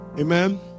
Amen